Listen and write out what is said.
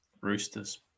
roosters